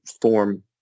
form